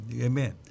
Amen